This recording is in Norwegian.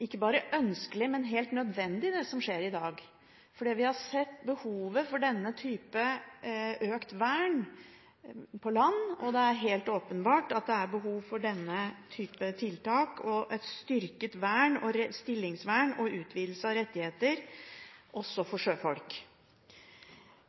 ønskelig, men som helt nødvendig. Vi har sett behovet for denne typen økt vern på land, og det er helt åpenbart at det er behov for denne typen tiltak og et styrket stillingsvern og en utvidelse av rettigheter også for sjøfolk.